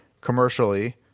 commercially